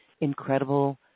incredible